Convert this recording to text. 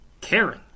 caring